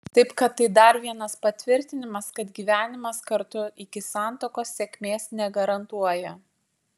taip kad tai dar vienas patvirtinimas kad gyvenimas kartu iki santuokos sėkmės negarantuoja